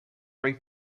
ray